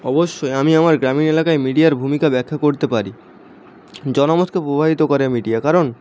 অবশ্যই আমি আমার গ্রামীণ এলাকায় মিডিয়ার ভূমিকা ব্যাখ্যা করতে পারি জনমতকে প্রভাবিত করে মিডিয়া কারণ